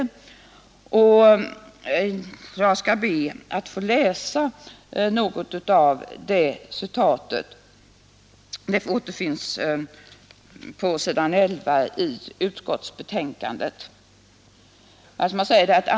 Jag skall be att få läsa några rader på s. 11 i socialförsäkringsutskottets betänkande år 1972.